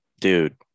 Dude